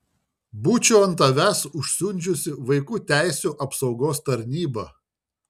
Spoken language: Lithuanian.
būčiau ant tavęs užsiundžiusi vaikų teisių apsaugos tarnybą